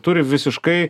turi visiškai